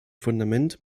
fundament